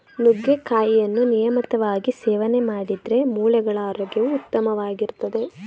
ನುಗ್ಗೆಕಾಯಿಯನ್ನು ನಿಯಮಿತವಾಗಿ ಸೇವನೆ ಮಾಡಿದ್ರೆ ಮೂಳೆಗಳ ಆರೋಗ್ಯವು ಉತ್ತಮವಾಗಿರ್ತದೆ